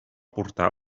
portar